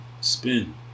spin